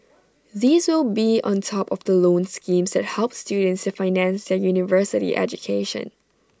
these will be on top of the loan schemes that help students to finance their university education